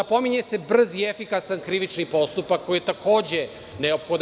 Pominje se brzi i efikasan krivični postupak koji je takođe neophodan.